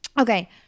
Okay